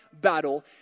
battle